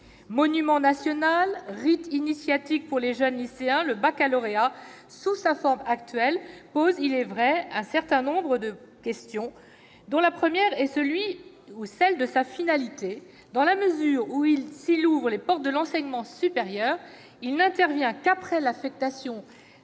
monument national » et rite initiatique pour les jeunes lycéens, pose, sous sa forme actuelle, un certain nombre de questions, dont la première réside dans sa finalité, dans la mesure où, s'il ouvre les portes de l'enseignement supérieur, il n'intervient qu'après l'affectation